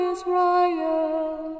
Israel